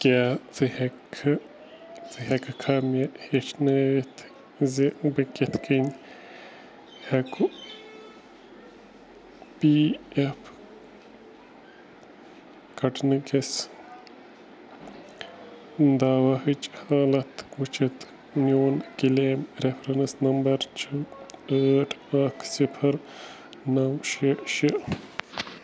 کیٛاہ ژٕ ہٮ۪کہٕ کھہٕ ژٕ ہٮ۪کہٕ کھا مےٚ ہیٚچھنٲوِتھ زٕ بہٕ کِتھ کٔنۍ ہٮ۪کُہ پی اٮ۪ف کَٹنٕکِس دواہٕچ حالَت وٕچھِتھ میون کٕلیم رٮ۪فرٮ۪نٕس نمبَر چھِ ٲٹھ اَکھ صِفَر نَو شےٚ شےٚ